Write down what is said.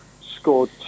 scored